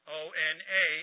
o-n-a